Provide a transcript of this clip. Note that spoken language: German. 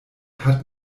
hat